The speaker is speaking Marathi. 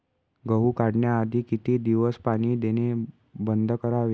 गहू काढण्याआधी किती दिवस पाणी देणे बंद करावे?